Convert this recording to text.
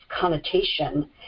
connotation